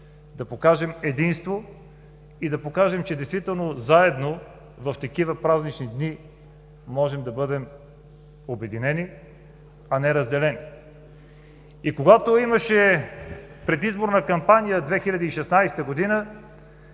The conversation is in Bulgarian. да покажем единство, да покажем, че действително в такива празнични дни можем да бъдем обединени, а не разделени! И в Предизборна кампания 2016 г. ние